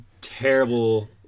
terrible